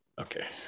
Okay